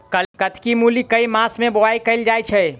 कत्की मूली केँ के मास मे बोवाई कैल जाएँ छैय?